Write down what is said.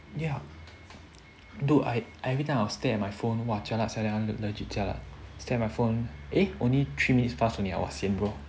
ya dude I I everytime I will stare at my phone !wah! jialat sia that one legit jialat stare at my phone eh only three minutes pass only !wah! sian bro